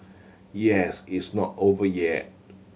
yes it's not over yet